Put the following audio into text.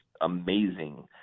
amazing